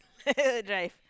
let her drive